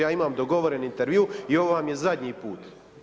Ja imam dogovoreni intervju i ovo vam je zadnji put.